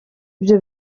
ibyo